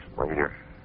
later